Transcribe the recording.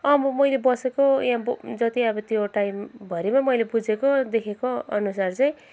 म मैले बसेको यहाँ जति अब त्यो टाइमभरिमा मैले बुझेको देखेको अनुसार चाहिँ